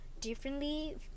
differently